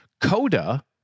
Coda